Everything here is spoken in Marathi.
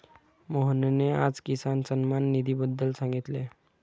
मोहनने आज किसान सन्मान निधीबद्दल सांगितले